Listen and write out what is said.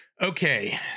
Okay